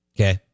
Okay